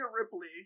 Ripley